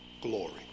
glory